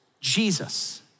Jesus